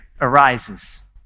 arises